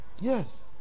Yes